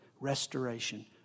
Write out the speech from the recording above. Restoration